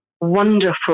wonderful